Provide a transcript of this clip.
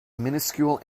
minuscule